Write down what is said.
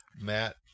Matt